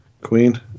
Queen